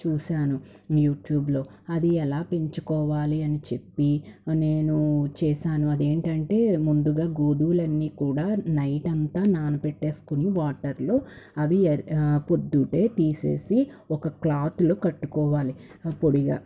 చూశాను యూట్యూబ్లో అది ఎలా పెంచుకోవాలి అని చెప్పి నేను చేశాను అది ఏంటంటే ముందుగా గోధుమలన్నీ కూడా నైట్ అంతా నానపెట్టేసుకుని వాటర్లో అవి ఎర్ పొద్దుటే తీసేసి ఒక క్లాత్లో కట్టుకోవాలి పొడిగా